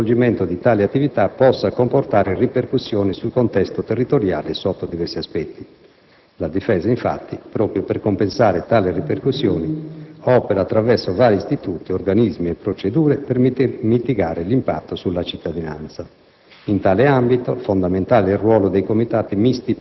Ciò detto, non si mette certo in dubbio che lo svolgimento di tali attività possa comportare ripercussioni sul contesto territoriale e sotto diversi aspetti. La Difesa, per compensare tali ripercussioni, opera attraverso vari istituti, organismi e procedure per mitigare l'impatto sulla cittadinanza.